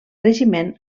regiment